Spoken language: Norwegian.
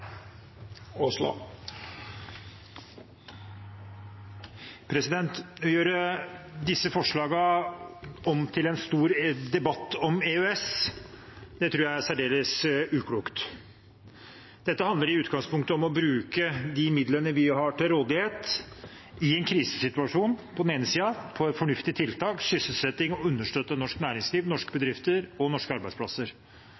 Å gjøre disse forslagene om til en stor debatt om EØS tror jeg er særdeles uklokt. Dette handler i utgangspunktet om å bruke de midlene vi har til rådighet – i en krisesituasjon, på den ene siden – på fornuftige tiltak, sysselsetting og til å understøtte norsk næringsliv, norske